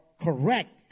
correct